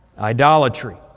Idolatry